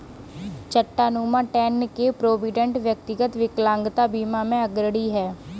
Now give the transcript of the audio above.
Chattanooga, Tenn के Provident, व्यक्तिगत विकलांगता बीमा में अग्रणी हैं